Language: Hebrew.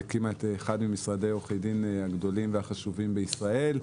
הקימה את אחד ממשרדי עורכי הדין הגדולים והחשובים בישראל,